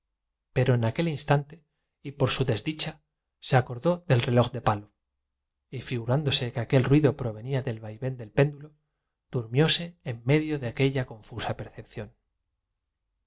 pero en aquel instante y por su desdicha se acordó do a la pieza contigua y se asomó a la ventana allí se horrorizó de del reloj de palo y figurándose que aquel ruido provenía del vaivén sí mismo y sintiendo no obstante fiaquear su virtud y temeroso aun del péndulo durmióse enmedio de aquella confusa percepción de